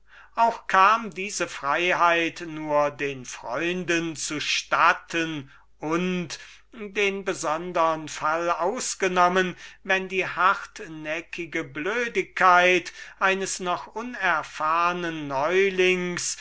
auch kam diese freiheit nur den freunden zu statten und den besondern fall ausgenommen wenn die hartnäckige blödigkeit eines noch unerfahrnen neulings